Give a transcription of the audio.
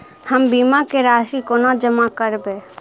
हम बीमा केँ राशि कोना जमा करबै?